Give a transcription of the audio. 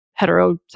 heterosexual